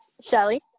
Shelly